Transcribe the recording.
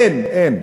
אין.